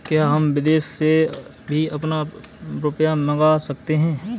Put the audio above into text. क्या हम विदेश से भी अपना रुपया मंगा सकते हैं?